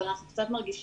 אבל אנחנו קצת מרגישים,